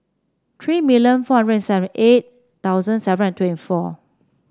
three million four hundred and seven eight thousand seven hundred and twenty four